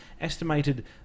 estimated